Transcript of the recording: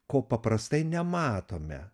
ko paprastai nematome